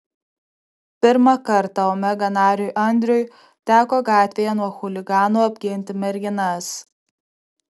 pirmą kartą omega nariui andriui teko gatvėje nuo chuliganų apginti merginas